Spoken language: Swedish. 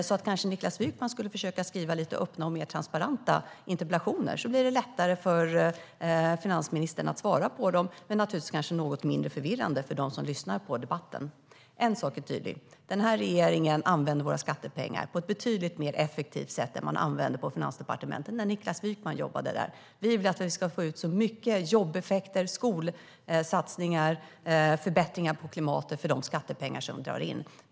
Niklas Wykman kanske skulle försöka skriva lite öppnare och mer transparenta interpellationer. Då blir det lättare för finansministern att svara på dem. Men det blir naturligtvis något mindre förvirrande för dem som lyssnar på debatten. En sak är tydlig: Den här regeringen använder våra skattepengar på ett betydligt mer effektivt sätt än man gjorde på Finansdepartementet när Niklas Wykman jobbade där. Vi vill att vi ska få ut så mycket jobbeffekter, skolsatsningar och förbättringar för klimatet som möjligt för de skattepengar vi drar in.